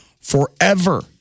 forever